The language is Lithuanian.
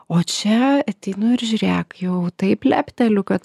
o čia ateinu ir žiūrėk jau taip lepteliu kad